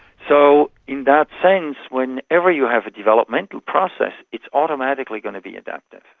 so in that sense whenever you have a developmental process, it's automatically going to be adaptive.